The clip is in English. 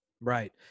right